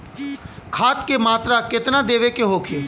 खाध के मात्रा केतना देवे के होखे?